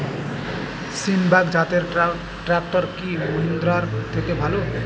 সিণবাদ জাতের ট্রাকটার কি মহিন্দ্রার থেকে ভালো?